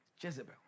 Jezebel